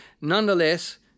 nonetheless